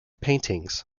paintings